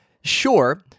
Sure